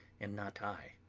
and not i.